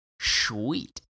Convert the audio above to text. sweet